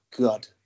god